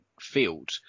field